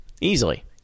easily